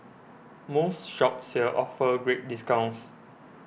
most shops here offer great discounts